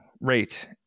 rate